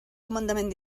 comandament